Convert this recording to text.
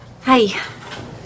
Hi